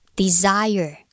,desire